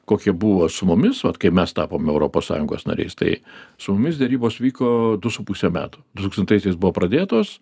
kokie buvo su mumis vat kai mes tapom europos sąjungos nariais tai su mumis derybos vyko du su puse metų du tūkstantaisiais buvo pradėtos